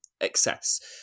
excess